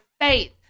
faith